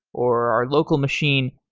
or our local machine,